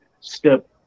step